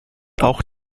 auch